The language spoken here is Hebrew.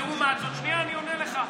לעומת זאת, שנייה, אני עונה לך.